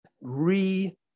re